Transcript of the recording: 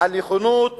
על נכונות